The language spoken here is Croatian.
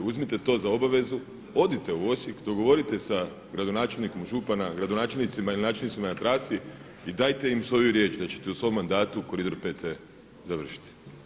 Uzmite to za obavezu, odite u Osijek, dogovorite sa gradonačelnikom župana, gradonačelnicima ili načelnicima na trasi i dajte im svoju riječ da ćete u svom mandatu koridor 5C završiti.